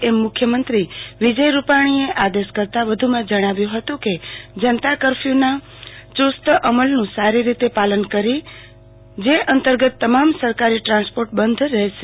એમ મુખ્યમંત્રી વિજય રૂપાણીએ આદેશ કરતાં જણાવ્યું હતું કે જનતા કરફયુના ચુસ્ત અમલનું સારી રીતે પાલન કરી શકે જે અંતર્ગત તમામ સરકારી ટ્રાન્સપોર્ટ બંધ રહેશે